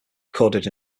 recorded